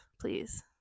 please